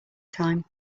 time